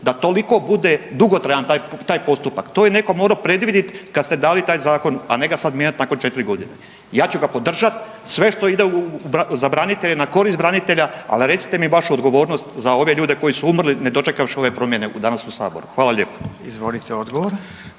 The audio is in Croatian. da toliko bude dugotrajan taj postupak? To je neko morao predvidit kad ste dali taj zakon a ne ga sad mijenjati nakon 4 godine. Ja ću ga podržat, sve što ide za branitelje, na korist branitelja, ali recite mi vašu odgovornost za ove ljude koji su umrli, ne dočekavši ove promjene danas u Saboru. Hvala lijepo. **Radin, Furio